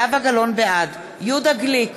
בעד יהודה גליק,